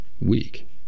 weak